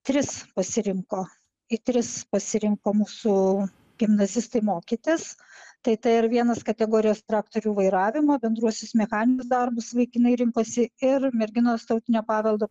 tris pasirinko į tris pasirinko mūsų gimnazistai mokytis tai t ir vienas kategorijos traktorių vairavimo bendruosius mechaninius darbus vaikinai rinkosi ir merginos tautinio paveldo